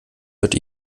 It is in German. wird